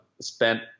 spent –